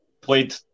played